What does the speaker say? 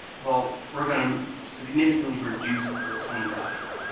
well, we're going to significantly reduce those home values,